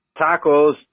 Tacos